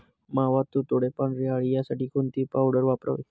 मावा, तुडतुडे, पांढरी अळी यासाठी कोणती पावडर वापरावी?